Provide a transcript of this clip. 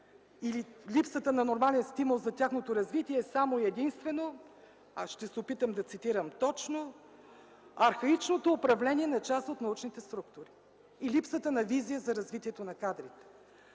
липсата на нормален стимул за тяхното развитие е само и единствено, аз ще се опитам да цитирам точно – „архаичното управление на част от научните структури и липсата на визия за развитието на кадрите”.